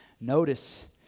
notice